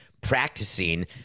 practicing